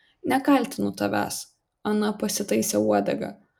nekaltinu tavęs ana pasitaisė uodegą